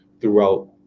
throughout